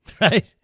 right